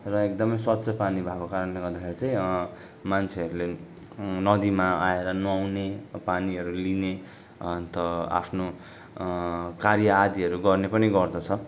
र एकदमै स्वच्छ पानी भएको कारणले गर्दाखेरि चाहिँ मान्छेहरूले नदीमा आएर नुहाउने पानीहरू लिने अन्त आफ्नो कार्य आदिहरू गर्ने पनि गर्दछ